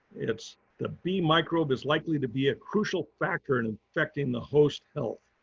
it's the bee microbe is likely to be a crucial factor in and affecting the host health.